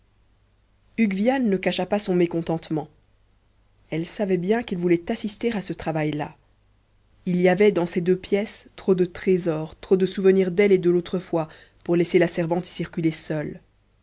hugues viane ne cacha pas son mécontentement elle savait bien qu'il voulait assister à ce travail-là il y avait dans ces deux pièces trop de trésors trop de souvenirs d'elle et de l'autrefois pour laisser la servante y circuler seule